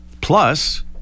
plus